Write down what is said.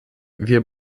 wir